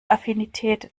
affinität